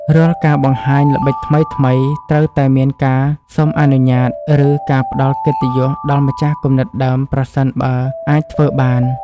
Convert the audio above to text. រាល់ការបង្ហាញល្បិចថ្មីៗត្រូវតែមានការសុំអនុញ្ញាត ឬ ការផ្តល់កិត្តិយសដល់ម្ចាស់គំនិតដើមប្រសិនបើអាចធ្វើបាន។